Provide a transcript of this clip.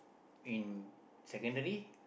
in Secondary